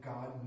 God